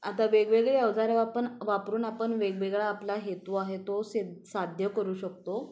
आता वेगवेगळे अवजारे आपण वापरून आपण वेगवेगळा आपला हेतू आहे तो से साध्य करू शकतो